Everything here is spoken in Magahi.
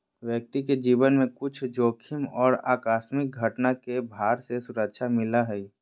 व्यक्ति के जीवन में कुछ जोखिम और आकस्मिक घटना के भार से सुरक्षा मिलय हइ